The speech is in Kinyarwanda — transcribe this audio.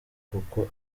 kuko